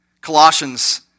Colossians